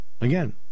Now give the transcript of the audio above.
Again